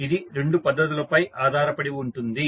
మరియు ఇది రెండు పద్ధతులపై ఆధారపడి ఉంటుంది